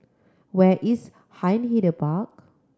where is Hindhede